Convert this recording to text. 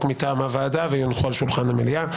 מטעם הוועדה ויונחו על שולחן המליאה.